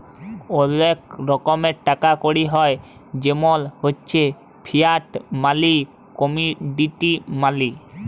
ওলেক রকমের টাকা কড়ি হ্য় জেমল হচ্যে ফিয়াট মালি, কমডিটি মালি